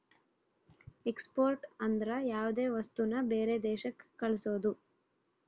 export ಅಂದ್ರ ಯಾವ್ದೇ ವಸ್ತುನ ಬೇರೆ ದೇಶಕ್ ಕಳ್ಸೋದು